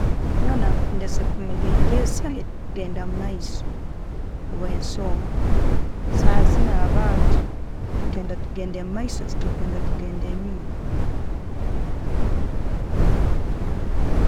Nyowe nakwendeze kumiga epeesa lyo'kugenda mumaiso habwensonga saha zinu abantu netwenda tugende omumaiso, tetukwenda kugenda enyuma.